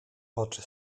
oczy